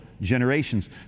generations